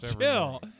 chill